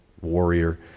warrior